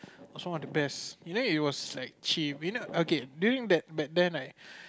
was one of the best you know it was like cheap you know okay during back then right